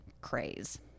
craze